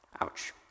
Ouch